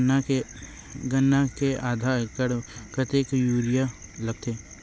गन्ना के आधा एकड़ म कतेकन यूरिया लगथे?